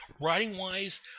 Writing-wise